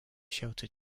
shelter